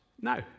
now